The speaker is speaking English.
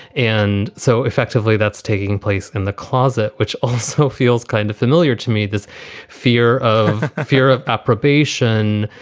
and so effectively, that's taking place in the closet, which also feels kind of familiar to me. this fear of a fear of ah probation,